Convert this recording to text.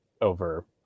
over